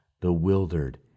bewildered